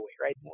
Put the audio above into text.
right